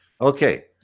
Okay